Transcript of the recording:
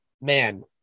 man